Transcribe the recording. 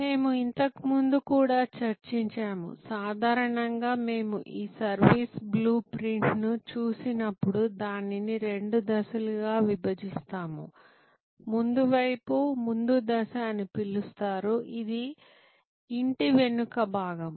మేము ఇంతకుముందు కూడా చర్చించాము సాధారణంగా మేము ఈ సర్వీస్ బ్లూ ప్రింట్ను చూసినప్పుడు దానిని రెండు దశలుగా విభజిస్తాము ముందు వైపు ముందు దశ అని పిలుస్తారు ఇది ఇంటి వెనుక భాగం